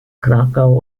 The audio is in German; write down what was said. krakau